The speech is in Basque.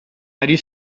ari